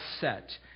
set